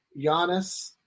Giannis